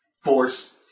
Force